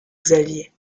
xavier